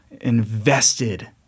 invested